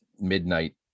midnight